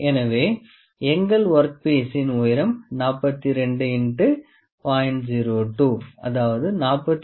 எனவே எங்கள் ஒர்க் பீசின் உயரம் 42 X 0